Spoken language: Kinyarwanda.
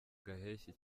gaheshyi